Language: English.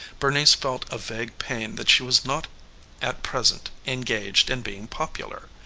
bernice felt a vague pain that she was not at present engaged in being popular.